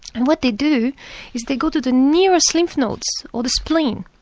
and what they do is they go to the nearest lymph nodes or the spleen,